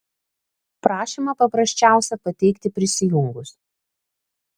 prašymą paprasčiausia pateikti prisijungus